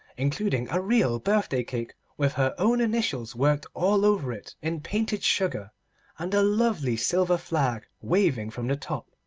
including a real birthday cake with her own initials worked all over it in painted sugar and a lovely silver flag waving from the top.